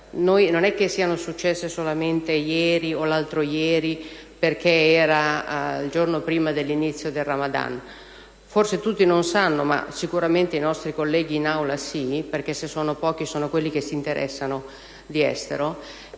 non sono successi solamente ieri o l'altro ieri, che era il giorno prima dell'inizio del Ramadan. Forse non tutti sanno (ma sicuramente i nostri colleghi in Aula ne sono informati, perché, se sono pochi, sono quelli che si interessano di estero)